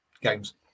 games